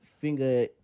finger